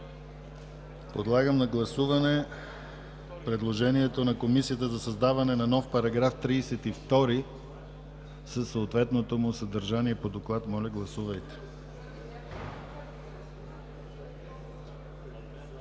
Подлагам на гласуване предложението на Комисията за създаване на нов § 52 със съответното му съдържание по доклад, както